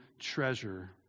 treasure